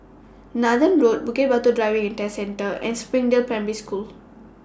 Nathan Road Bukit Batok Driving and Test Centre and Springdale Primary School